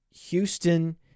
Houston